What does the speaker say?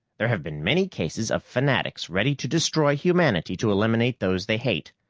there have been many cases of fanatics ready to destroy humanity to eliminate those they hate.